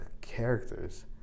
characters